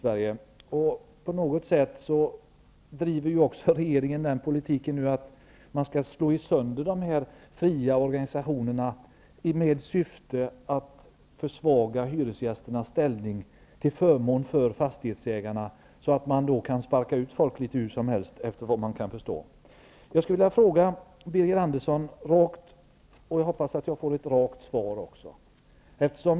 Regeringen driver nu, efter vad man kan förstå, den politiken att man skall slå sönder dessa fria organisationer, i syfte att försvaga hyresgästernas ställning till förmån för fastighetsägarna, så att de kan sparka ut folk litet hur som helst. Jag skulle vilja ställa en fråga till Birger Andersson, och jag hoppas att jag får ett rakt svar.